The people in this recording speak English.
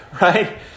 Right